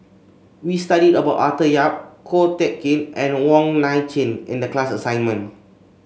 we studied about Arthur Yap Ko Teck Kin and Wong Nai Chin in the class assignment